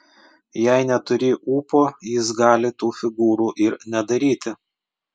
jei neturi ūpo jis gali tų figūrų ir nedaryti